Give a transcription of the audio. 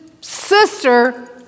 sister